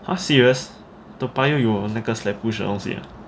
!huh! serious toa payoh 有那个 sled push 的东西 ah